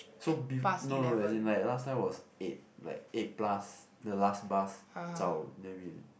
so be~ no no no as in like last time was eight like eight plus the last bus zao then we